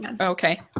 Okay